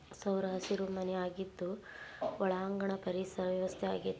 ಸೌರಹಸಿರು ಮನೆ ಆಗಿದ್ದು ಒಳಾಂಗಣ ಪರಿಸರ ವ್ಯವಸ್ಥೆ ಆಗೆತಿ